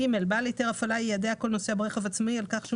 בעל היתר הפעלה יידע כל נוסע ברכב עצמאי על כך שהוא